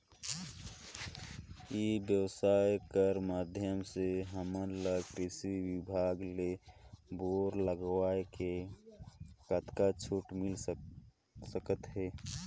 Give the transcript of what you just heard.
ई व्यवसाय कर माध्यम से हमन ला कृषि विभाग ले बोर लगवाए ले कतका छूट मिल सकत हे?